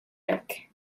hekk